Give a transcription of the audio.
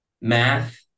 math